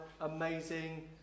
amazing